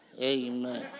Amen